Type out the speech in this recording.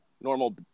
normal